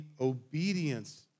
obedience